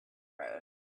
road